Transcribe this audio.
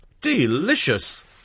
delicious